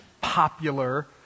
popular